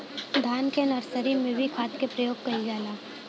धान के नर्सरी में भी खाद के प्रयोग कइल जाला?